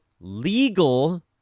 legal